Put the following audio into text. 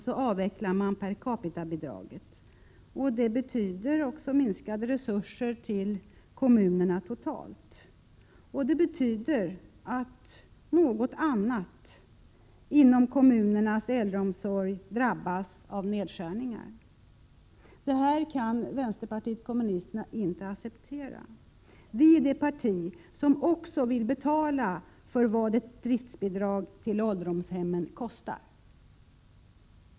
Då avvecklas också per capita-bidraget. Det betyder också minskade resurser till kommunerna totalt. Detta innebär att något annat inom kommunernas äldreomsorg drabbas av nedskärningar. Det kan vpk inte acceptera. Vi är det parti som också vill betala vad ett driftsbidrag till ålderdomshemmen kostar.